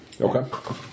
Okay